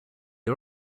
are